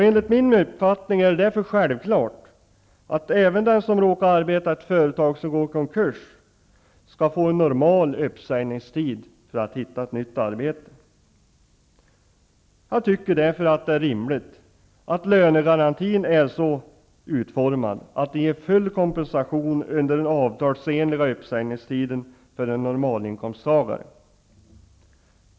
Enligt min uppfattning är det därför självklart att även den som råkar arbeta i ett företag som går i konkurs skall få en normal uppsägningstid för att hitta ett nytt arbete. Jag tycker därför att det är rimligt att lönegarantin är så utformad att den ger full kompensation under den avtalsenliga uppsägningstiden för en normalinkomsttagare.